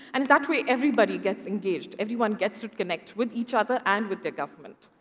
and that way everybody gets engaged. everyone gets to connect with each other and with their government.